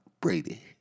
Brady